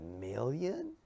million